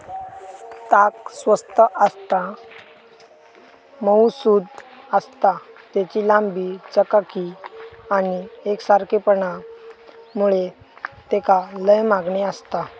ताग स्वस्त आसता, मऊसुद आसता, तेची लांबी, चकाकी आणि एकसारखेपणा मुळे तेका लय मागणी आसता